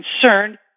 concerned